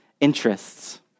interests